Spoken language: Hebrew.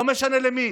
לא משנה למי.